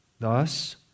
Thus